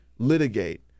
litigate